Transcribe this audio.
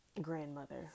grandmother